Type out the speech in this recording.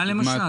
מה למשל?